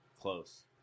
Close